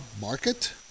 market